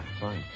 fine